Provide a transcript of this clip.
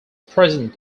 present